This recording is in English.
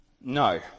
No